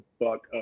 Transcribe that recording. fuck